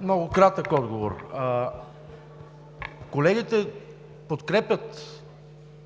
Много кратък отговор. Колегите подкрепят